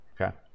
okay